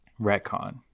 retcon